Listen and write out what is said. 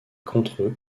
contre